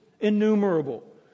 innumerable